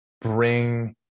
bring